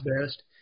best